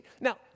Now